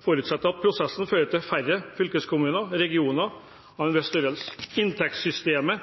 forutsetter at prosessen fører til færre fylkeskommuner/regioner av en viss størrelse. Inntektssystemet